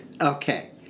Okay